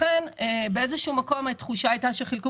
באיזה שהוא מקום התחושה הייתה שחילקו